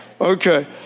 Okay